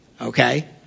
Okay